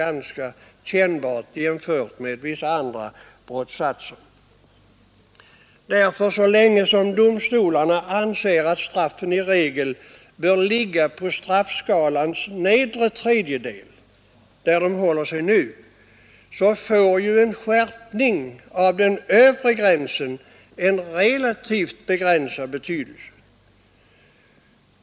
ganska kännbart, jämfört med vissa andra straffbes Så länge som domstolarna anser att straffen i regel bör ligga på straffskalans nedre tredjedel, där de håller sig nu, får ju en skärpning av den övre gränsen en relativt begränsad betydelse.